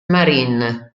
marine